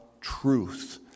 truth